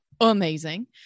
amazing